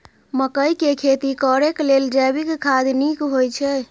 मकई के खेती करेक लेल जैविक खाद नीक होयछै?